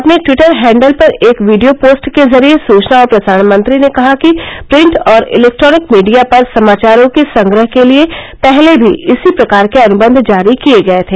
अपने Twitter handle पर एक वीडियो पोस्ट के जरिए सूचना और प्रसारण मंत्री ने कहा कि प्रिंट और इलेक्ट्रॉनिक मीडिया पर समाचारों के संग्रह के लिए पहले भी इसी प्रकार के अनुबंध जारी किए गए थे